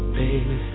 baby